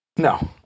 No